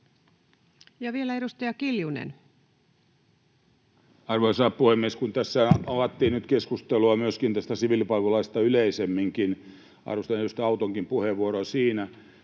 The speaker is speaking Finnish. Time: 13:14 Content: Arvoisa puhemies! Kun tässä avattiin nyt keskustelua myöskin tästä siviilipalveluslaista yleisemminkin — arvostan edustaja Autonkin puheenvuoroa siinä